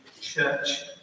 church